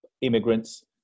immigrants